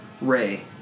ray